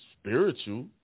spiritual